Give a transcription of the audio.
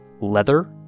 leather